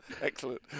Excellent